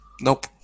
Nope